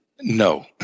No